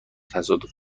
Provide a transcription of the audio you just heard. تصادف